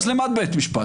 אז על מה יש בית משפט?